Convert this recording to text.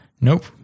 Nope